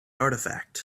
artifacts